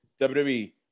WWE